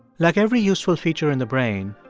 like every useful feature in the brain,